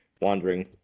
wandering